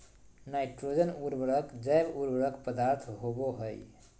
nitrogen उर्वरक जैव उर्वरक पदार्थ होबो हइ